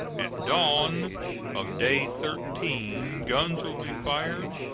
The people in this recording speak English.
at dawn of day thirteen guns will be fired,